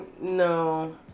no